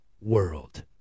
world